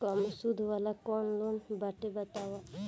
कम सूद वाला कौन लोन बाटे बताव?